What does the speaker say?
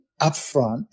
upfront